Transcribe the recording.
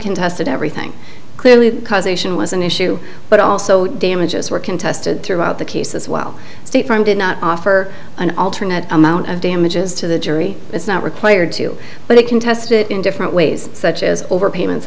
contested everything clearly causation was an issue but also damages were contested throughout the case as well state farm did not offer an alternate amount of damages to the jury it's not required to but they can test it in different ways such as overpayment